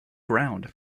ground